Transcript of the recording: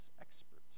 expert